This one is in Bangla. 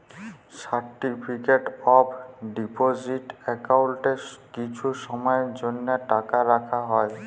সার্টিফিকেট অফ ডিপজিট একাউল্টে কিছু সময়ের জ্যনহে টাকা রাখা হ্যয়